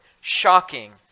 shocking